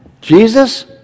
Jesus